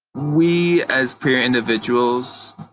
we as queer individuals,